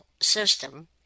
system